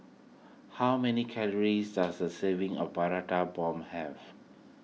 how many calories does a serving of Prata Bomb have